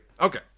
Okay